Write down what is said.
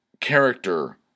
character